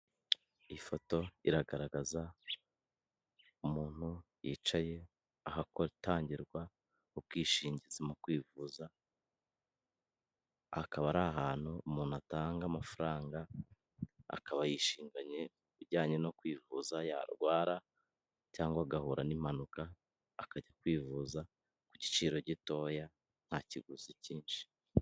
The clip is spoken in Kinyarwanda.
Ifoto iragaragaza umuntu yicaye ahatangirwa ubwishingizi mu kwivuza, akaba ari ahantu umuntu atanga amafaranga akaba yishinganye ku bijyanye no kwivuza yarwara cyangwa agahura n'impanuka akajya kwivuza ku giciro gitoya nta kiguzi cyinshi.